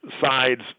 sides